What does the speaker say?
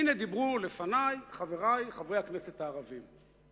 הנה, דיברו לפני חברי חברי הכנסת הערבים.